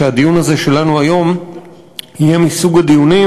שהדיון הזה שלנו היום יהיה מסוג הדיונים